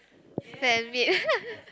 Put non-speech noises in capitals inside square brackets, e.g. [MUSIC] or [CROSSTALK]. [LAUGHS]